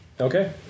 Okay